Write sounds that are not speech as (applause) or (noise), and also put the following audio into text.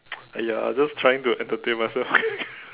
!aiya! just trying to entertain myself (laughs)